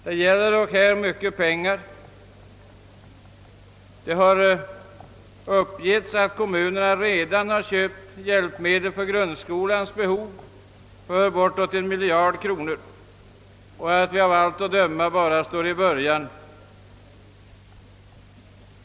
Det gäller här mycket pengar; det har uppgivits att kommunerna redan har köpt hjälpmedel för grundskolan för bortåt en miljard kronor, och vi står ändå av allt att döma bara i utvecklingens början.